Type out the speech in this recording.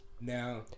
Now –